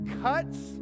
cuts